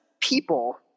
people